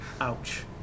Ouch